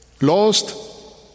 lost